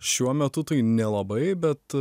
šiuo metu tai nelabai bet